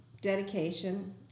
dedication